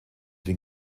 den